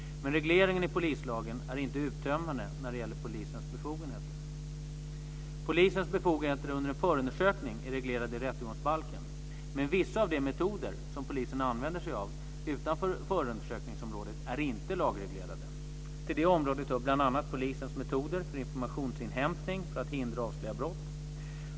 Men regleringen i polislagen är inte uttömmande när det gäller polisens befogenheter. Polisens befogenheter under en förundersökning är reglerade i rättegångsbalken. Men vissa av de metoder som polisen använder sig av utanför förundersökningsområdet är inte lagreglerade. Till det området hör bl.a. polisens metoder för informationsinhämtning för att hindra och avslöja brott.